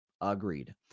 Agreed